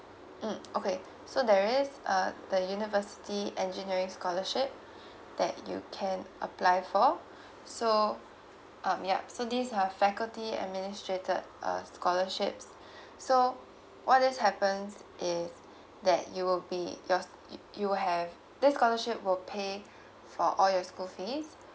mm okay so there is uh the university engineering scholarship that you can apply for so um yup so these are faculty administrated uh scholarships so what is happens is that you will be your you will have this scholarship will pay for all your school fee